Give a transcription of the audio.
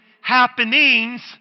happenings